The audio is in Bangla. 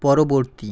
পরবর্তী